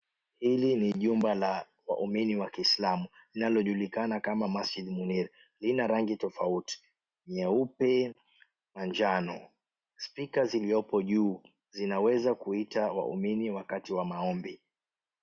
Hili ni jumba la waumini wa kiislamu, linalojulikana kama Masjid Munir. Lina rangi tofauti; nyeupe na njano. Spika ziliopo juu, zinaweza kuita waumini wakati wa maombi.